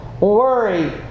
worry